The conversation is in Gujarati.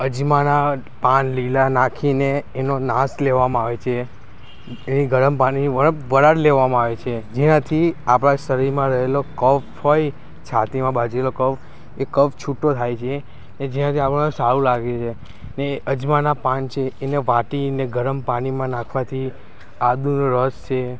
અજમાના પાન લીલા નાખીને એનો નાસ લેવામાં આવે છે એ ગરમ પાણી વનપ વરાળ લેવામાં આવે છે જેનાથી આપણા શરીરમાં રહેલો કફ હોય છાતીમાં બાજેલો કફ એ કફ છૂટો થાય છે અને જેનાથી આપણને સારું લાગેને અજમાના પાન છે એને વાટીને ગરમ પાણીમાં નાખવાથી આદુનો રસ છે